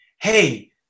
hey